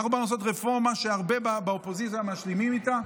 אנחנו באנו לעשות רפורמה שרבים באופוזיציה מסכימים איתה,